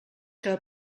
que